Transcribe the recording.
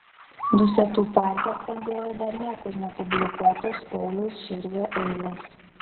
dusetų parke skambėjo dar niekur nepublikuotos pauliaus širvio eilės